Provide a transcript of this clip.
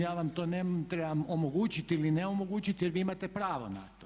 Ja vam to ne trebam omogućiti ili ne omogućiti jer vi imate pravo na to.